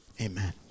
amen